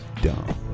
dumb